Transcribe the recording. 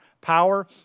Power